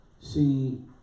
see